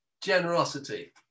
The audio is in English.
generosity